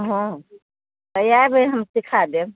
हाँ आइब तऽ हम सीखाइ देब